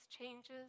changes